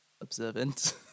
observant